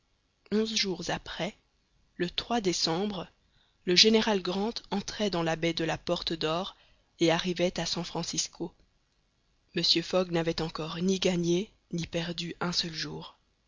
onze jours après le décembre le general grant entrait dans la baie de la porte dor et arrivait à san francisco mr fogg n'avait encore ni gagné ni perdu un seul jour